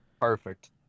Perfect